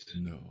No